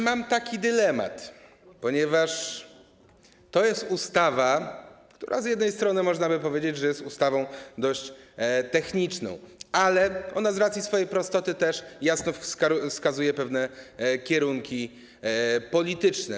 Mam dylemat, ponieważ to jest ustawa, która z jednej strony, można by powiedzieć, jest ustawą techniczną, ale z racji swojej prostoty też jasno wskazuje pewien kierunek polityczny.